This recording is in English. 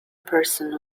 person